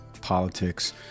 politics